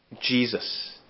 Jesus